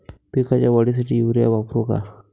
पिकाच्या वाढीसाठी युरिया वापरू का?